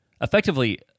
effectively